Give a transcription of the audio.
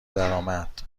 درآمد